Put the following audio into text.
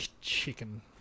Chicken